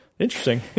Interesting